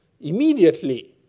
immediately